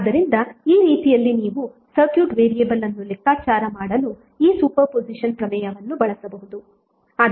ಆದ್ದರಿಂದ ಈ ರೀತಿಯಲ್ಲಿ ನೀವು ಸರ್ಕ್ಯೂಟ್ ವೇರಿಯಬಲ್ ಅನ್ನು ಲೆಕ್ಕಾಚಾರ ಮಾಡಲು ಈ ಸೂಪರ್ ಪೊಸಿಷನ್ ಪ್ರಮೇಯವನ್ನು ಬಳಸಬಹುದು